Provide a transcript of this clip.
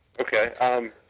Okay